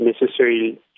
necessary